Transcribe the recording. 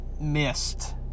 missed